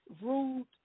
rude